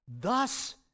thus